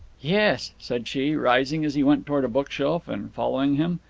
yes, said she, rising, as he went towards a bookshelf, and following him.